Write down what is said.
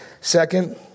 Second